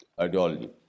ideology